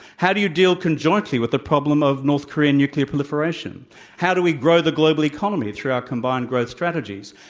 how do you deal conjointly with the problem of north korean nuclear proliferation how do we grow the global economy through our combined growth strategies?